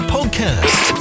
Podcast